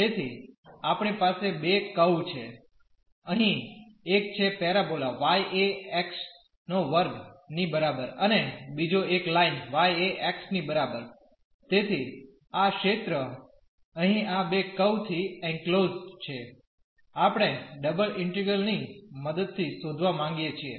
તેથી આપણી પાસે બે કર્વ છે અહીં એક છે પેરાબોલા y એ x2 ની બરાબર અને બીજો એક લાઇન y એ x ની બરાબર તેથી આ ક્ષેત્ર અહીં આ બે કર્વ થી એંક્લોઝડ છે આપણે ડબલ ઇન્ટિગ્રલ ની મદદથી શોધવા માંગીએ છીએ